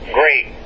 great